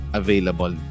available